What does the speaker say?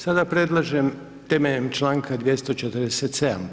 Sada predlažem temeljem članka 247.